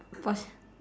of course